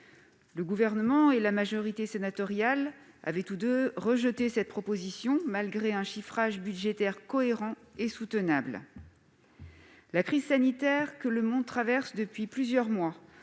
Le Gouvernement et la majorité sénatoriale l'avaient tous deux rejeté, malgré un chiffrage budgétaire cohérent et soutenable. La crise sanitaire que le monde traverse depuis plusieurs mois